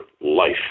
life